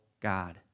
God